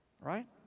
right